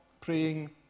praying